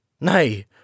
Nay